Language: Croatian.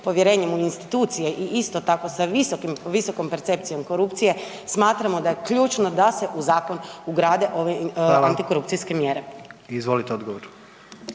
povjerenjem u institucije i isto tako sa visokim, visokom percepcijom korupcije, smatramo da je ključno da se u zakon ugrade ove …/Upadica: Hvala/… antikorupcijske mjere.